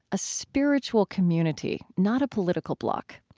a spiritual community, not a political block.